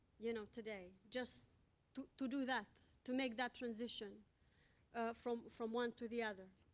you know, today. just to to do that. to make that transition from from one to the other.